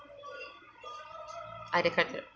other criteria